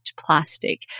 plastic